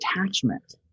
attachment